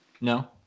No